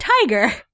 tiger